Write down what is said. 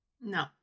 No